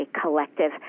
collective